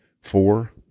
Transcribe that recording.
four